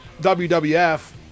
WWF